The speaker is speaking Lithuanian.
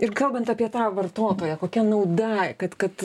ir kalbant apie tą vartotoją kokia nauda kad kad